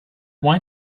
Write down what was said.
why